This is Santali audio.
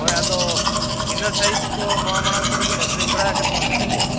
ᱦᱳᱭ ᱟᱫᱚ ᱤᱱᱟᱹ ᱥᱟᱭᱤᱡᱽ ᱠᱚ ᱱᱚᱣᱟ ᱢᱟᱲᱟᱝ ᱠᱚᱨᱮᱵᱤᱱ ᱟᱹᱠᱷᱨᱤᱧ ᱵᱟᱲᱟ ᱟᱠᱟᱫ ᱠᱚᱣᱟ ᱢᱤᱫᱴᱤᱡ ᱜᱟᱱ